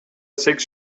sechs